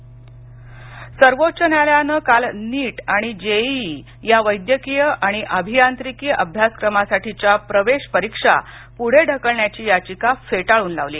नीट परीक्षा सर्वोच्च न्यायालयानं काल नीट आणि जेईई या वैद्यकीय आणि अभियांत्रिकी अभ्यासक्रमासाठीच्या प्रवेश परीक्षा पुढे ढकलण्याची याचिका फेटाळून लावली